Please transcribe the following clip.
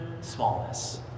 smallness